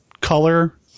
color